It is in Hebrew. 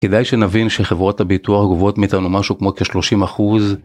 כדאי שנבין שחברות הביטוח גובות מאיתנו משהו כמו כ-30%.